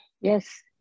Yes